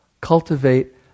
cultivate